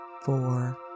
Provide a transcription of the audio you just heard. four